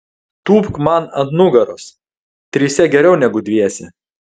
tūpk man ant nugaros trise geriau negu dviese